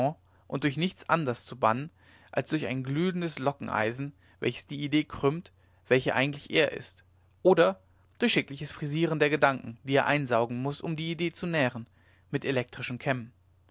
und durch nichts anders zu bannen als durch ein glühendes lockeneisen welches die idee krümmt welche eigentlich er ist oder durch schickliches frisieren der gedanken die er einsaugen muß um die idee zu nähren mit elektrischen kämmen